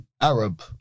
Arab